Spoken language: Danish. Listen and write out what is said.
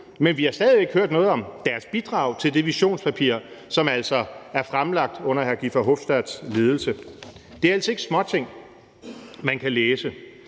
men vi har stadig væk ikke hørt noget om deres bidrag til det visionspapir, som altså er fremlagt under hr. Guy Verhofstadts ledelse. Det er ellers ikke småting, man kan læse.